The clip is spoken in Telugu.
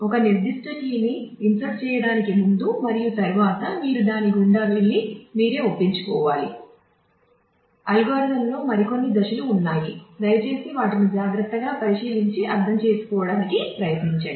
ఒక నిర్దిష్ట కీని ఇన్సర్ట్ చేయటానికి ముందు మరియు తరువాత మీరు దాని గుండా వెళ్లి మీరే ఒప్పించులోవాలి అల్గోరిథంలో మరికొన్ని దశలు ఉన్నాయి దయచేసి వాటిని జాగ్రత్తగా పరిశీలించి అర్థం చేసుకోవడానికి ప్రయత్నించండి